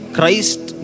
Christ